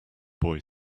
boy